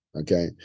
Okay